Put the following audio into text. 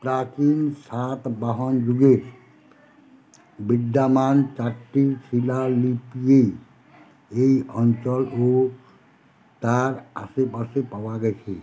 প্রাচীন সাতবাহন যুগের বিদ্যামান চারটি শিলালিপিই এই অঞ্চল ও তার আশেপাশে পাওয়া গেছে